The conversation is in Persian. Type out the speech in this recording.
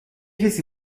کسی